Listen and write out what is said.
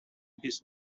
his